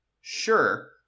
Sure